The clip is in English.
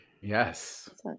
Yes